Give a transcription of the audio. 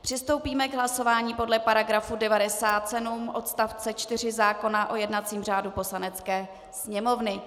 Přistoupíme k hlasování podle § 97 odst. 4 zákona o jednacím řádu Poslanecké sněmovny.